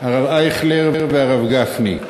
הרב אייכלר והרב גפני,